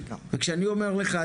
וכשאני אומר לך,